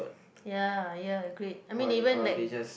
ya ya agreed I mean even like